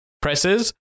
presses